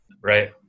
right